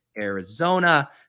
Arizona